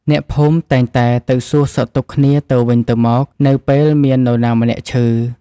អ្នកភូមិតែងតែទៅសួរសុខទុក្ខគ្នាទៅវិញទៅមកនៅពេលមាននរណាម្នាក់ឈឺ។